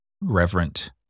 reverent